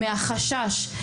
מהחשש,